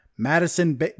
Madison